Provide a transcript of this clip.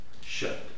shut